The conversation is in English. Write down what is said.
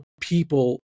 people